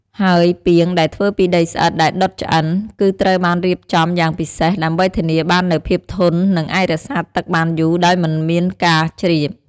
ហើយពាងដែលធ្វើពីដីស្អិតដែលដុតឆ្អិន គឺត្រូវបានរៀបចំយ៉ាងពិសេស ដើម្បីធានាបាននូវភាពធន់ និងអាចរក្សាទឹកបានយូរដោយមិនមានការជ្រាប។